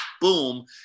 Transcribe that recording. boom